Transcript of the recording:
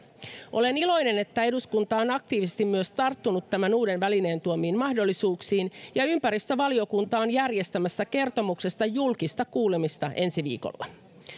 olen iloinen että eduskunta on aktiivisesti myös tarttunut tämän uuden välineen tuomiin mahdollisuuksiin ja ympäristövaliokunta on järjestämässä kertomuksesta julkista kuulemista ensi viikolla